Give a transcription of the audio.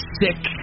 sick